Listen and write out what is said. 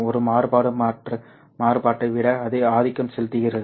ஒரு மாறுபாடு மற்ற மாறுபாட்டை விட ஆதிக்கம் செலுத்துகிறது